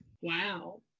Wow